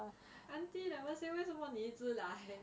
aunty never say 为什么妳一直来